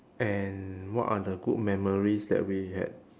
and what are the good memories that we had